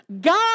God